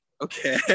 okay